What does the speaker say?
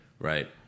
right